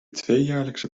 tweejaarlijkse